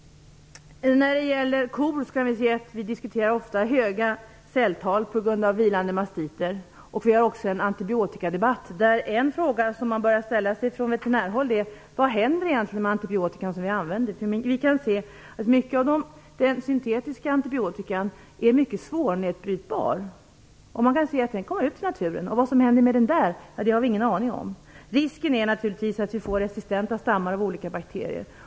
När det gäller kor diskuterar vi ofta höga celltal på grund av vilande mastiter. Vi har också en antibiotikadebatt, där man på veterinärhåll börjar ställa sig frågan vad som egentligen händer med en antibiotika som används. Den syntetiska antibiotikan som används är mycket svårnedbrytbar. Den går ut i naturen, och vad som händer med den där har vi ingen aning om. Risken är naturligtvis att vi får resistenta stammar av olika bakterier.